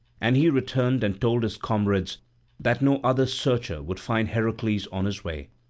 and he returned and told his comrades that no other searcher would find heracles on his way,